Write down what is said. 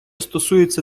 стосується